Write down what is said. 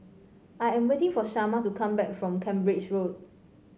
I am waiting for Shamar to come back from Cambridge Road